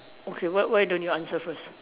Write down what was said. okay why why don't you answer first